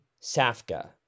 Safka